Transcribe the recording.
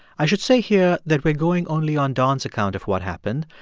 i should say here that we're going only on don's account of what happened.